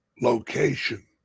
location